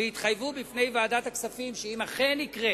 והתחייבו בפני ועדת הכספים, שאם אכן יקרה